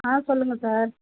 ஆ சொல்லுங்கள் சார்